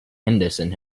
henderson